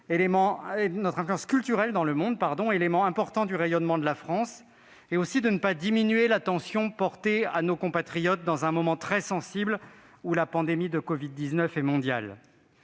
notre influence culturelle dans le monde, élément important du rayonnement de la France, et de ne pas diminuer l'attention portée à nos compatriotes dans un moment très sensible, où la pandémie de covid-19 est mondiale.